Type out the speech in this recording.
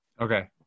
okay